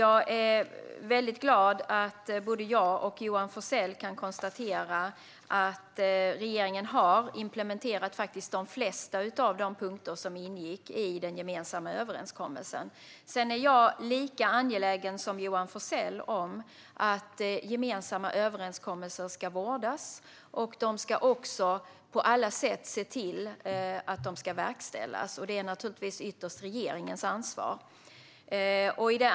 Jag är glad över att både jag och Johan Forssell kan konstatera att regeringen faktiskt har implementerat de flesta av de punkter som ingick i den gemensamma överenskommelsen. Sedan är jag lika angelägen som Johan Forssell om att gemensamma överenskommelser ska vårdas, och man ska också på alla sätt se till att de ska verkställas. Detta är naturligtvis ytterst regeringens ansvar.